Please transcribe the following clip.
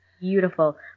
Beautiful